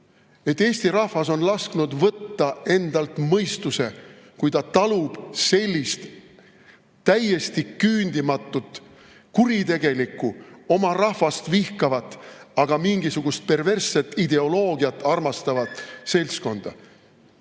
et Eesti rahvas on lasknud võtta endalt mõistuse, kui ta talub sellist täiesti küündimatut, kuritegelikku, oma rahvast vihkavat, aga mingisugust perversset ideoloogiat armastavat seltskonda.